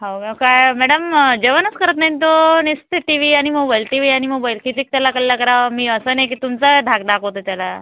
हो का काय आहे मॅडम जेवणच करत नाही ना तो नुसती टि वी आणि मोबाईल टि वी आणि मोबाईल किती त्याला कल्ला करावा मी असं नाही की तुमचा धाक दाखवते त्याला